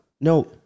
No